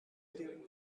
during